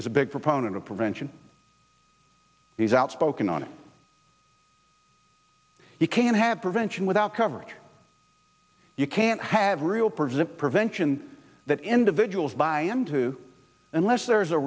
is a big proponent of prevention he's outspoken on it you can't have prevention without coverage you can't have real present prevention that individuals buy and to unless there is a